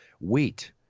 Wheat